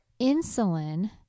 insulin